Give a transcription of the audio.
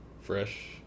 fresh